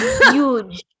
huge